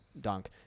dunk